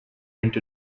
into